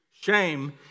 Shame